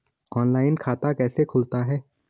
Online खाता कैसे खुलता है?